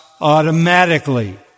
automatically